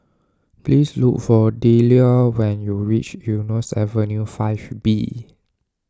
please look for Delia when you reach Eunos Avenue five B